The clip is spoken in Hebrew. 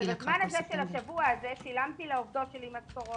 אבל בזמן הזה של השבוע הזה שילמתי לעובדות שלי משכורות,